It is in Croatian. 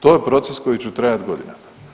To je proces koji će trajati godinama.